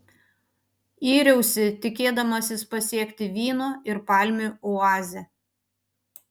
yriausi tikėdamasis pasiekti vyno ir palmių oazę